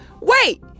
Wait